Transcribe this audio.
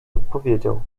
odpowiedział